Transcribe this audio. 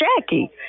Jackie